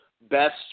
best